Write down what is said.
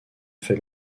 fait